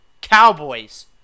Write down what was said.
Cowboys